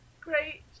great